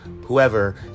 whoever